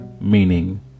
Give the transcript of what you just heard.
meaning